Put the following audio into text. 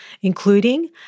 including